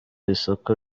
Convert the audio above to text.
isoko